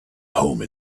home